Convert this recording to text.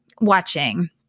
watching